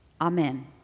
Amen